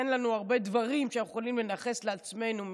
אין לנו הרבה דברים שאנחנו יכולים לנכס לעצמנו,